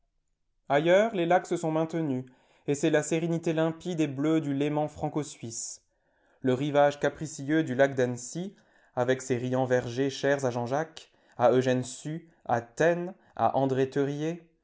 ailleurs les lacs se sont maintenus et c'est la sérénité limpide et bleue du léman francosuisse le rivage capricieux du lac d'annecy avec ses riants vergers chers à jean-jacques à eugène sue à taine à andré